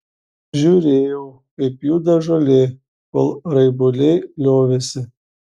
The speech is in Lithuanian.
žiūrėjau kaip juda žolė kol raibuliai liovėsi